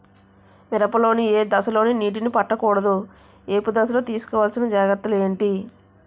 మిరప లో ఏ దశలో నీటినీ పట్టకూడదు? ఏపు దశలో తీసుకోవాల్సిన జాగ్రత్తలు ఏంటి?